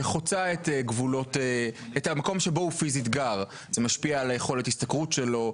שחוצה את המקום שבו הוא גר פיזית זה משפיע על יכולת ההשתכרות שלו,